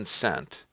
consent